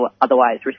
otherwise